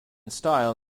style